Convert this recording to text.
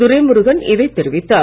துரைமுருகன் இதை தெரிவித்தார்